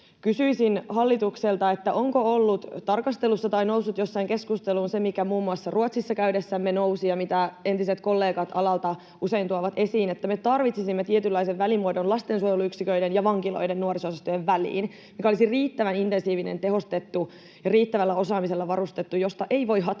Kysyisin hallitukselta, onko ollut tarkastelussa tai noussut jossain keskusteluun se, mikä muun muassa Ruotsissa käydessämme nousi ja mitä entiset kollegat alalta usein tuovat esiin, että me tarvitsisimme lastensuojeluyksiköiden ja vankiloiden nuoriso-osastojen väliin tietynlaisen välimuodon, mikä olisi riittävän intensiivinen, tehostettu ja riittävällä osaamisella varustettu, josta ei voi hatkata